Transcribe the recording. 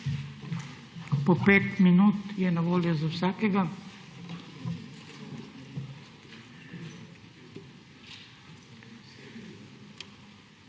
Po 5 minut je na voljo za vsakega.